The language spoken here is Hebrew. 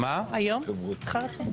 היום אחר הצוהריים?